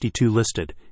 listed